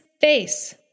face